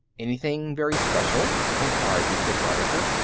anything very special? inquired the proprietor.